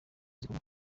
zikorwa